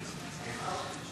התשע"ו 2016,